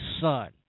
son